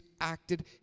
acted